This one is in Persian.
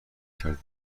کرده